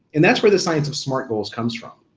and that's where the science of smart goals comes from.